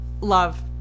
love